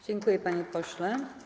Dziękuję, panie pośle.